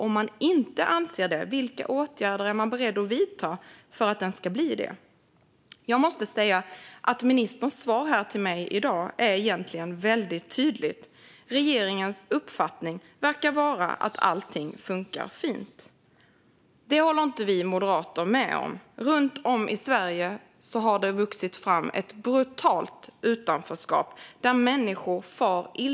Om man inte anser det, vilka åtgärder är man då beredd att vidta för att den ska bli det? Ministerns svar till mig i dag är egentligen väldigt tydligt. Regeringens uppfattning verkar vara att allting funkar fint. Det håller inte vi moderater med om. Runt om i Sverige har det vuxit fram ett brutalt utanförskap som innebär att människor far illa.